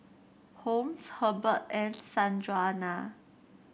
Holmes Herbert and Sanjuana